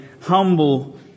humble